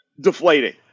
deflating